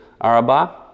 Arabah